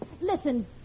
listen